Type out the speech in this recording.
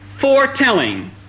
Foretelling